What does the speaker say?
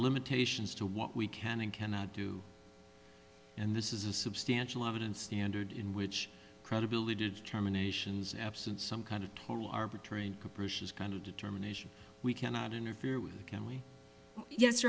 limitations to what we can and cannot do and this is a substantial evidence standard in which credibility determinations absent some kind of total arbitrary and capricious kind of determination we cannot interfere with family yes